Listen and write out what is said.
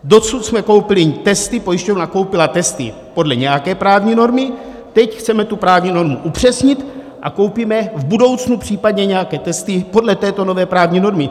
Dosud jsme koupili testy, pojišťovna koupila testy podle nějaké právní normy, teď chceme právní normu upřesnit a koupíme v budoucnu případně nějaké testy podle této nové právní normy.